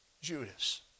Judas